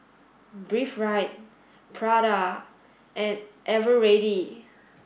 Breathe Right Prada and Eveready